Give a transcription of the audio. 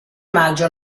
maggio